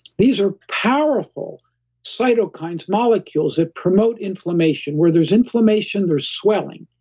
these are powerful cytokine's molecules that promote inflammation. where there's inflammation, there's swelling.